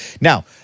Now